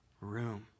room